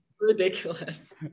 ridiculous